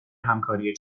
همکاری